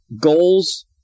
goals